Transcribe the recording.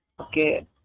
Okay